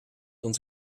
want